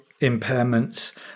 impairments